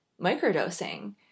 microdosing